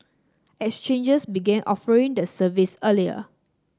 exchanges begin offering the service earlier